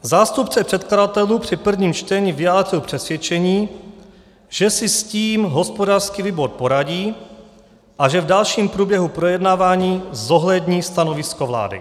Zástupce předkladatelů při prvním čtení vyjádřil přesvědčení, že si s tím hospodářský výbor poradí a že v dalším průběhu projednávání zohlední stanovisko vlády.